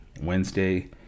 Wednesday